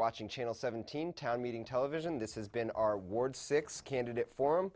watching channel seventeen town meeting television this has been our ward six candidate forum